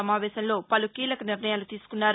సమావేశంలో పలు కీలక నిర్ణయాలు తీసుకున్నారు